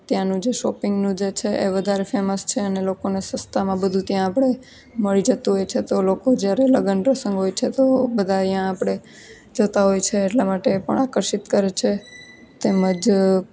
ત્યાંનું જે શોપિંગનું જે છે એ વધારે ફેમસ છે અને લોકોને સસ્તામાં બધું ત્યાં આપણે મળી જતું હોય છે તો લોકો જ્યારે લગ્ન પ્રસંગ હોય છે તો બધા અહીંયા આપણે જતા હોય છે એટલા માટે પણ આકર્ષિત કરે છે તેમજ